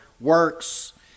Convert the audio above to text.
works